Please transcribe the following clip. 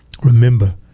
Remember